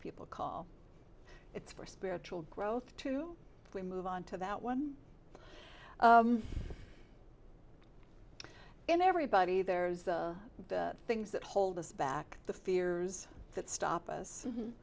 people call it's for spiritual growth too we move on to that one and everybody there's things that hold us back the fears that stop us